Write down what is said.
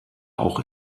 auch